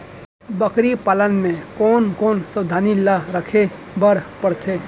बकरी पालन म कोन कोन सावधानी ल रखे बर पढ़थे?